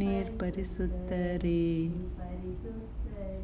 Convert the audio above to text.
neer parisuththtare parisuththar neer parisuththtare